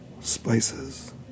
spices